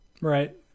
Right